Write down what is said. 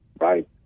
right